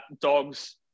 Dogs